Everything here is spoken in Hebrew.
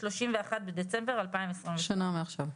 31 בדצמבר 2022. שנה מעכשיו.